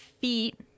feet